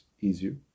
easier